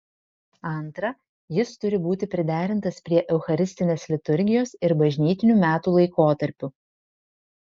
antra jis turi būti priderintas prie eucharistinės liturgijos ir bažnytinių metų laikotarpių